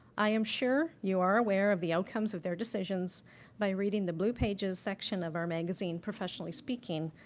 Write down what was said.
i am sure you are aware of the outcomes of their decisions by reading the blue pages section of our magazine, professionally speaking,